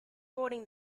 boarding